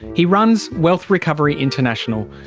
he runs wealth recovery international,